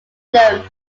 platinum